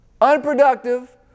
unproductive